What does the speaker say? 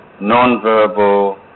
non-verbal